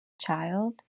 child